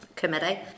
committee